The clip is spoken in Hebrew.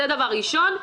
זה דבר ראשון.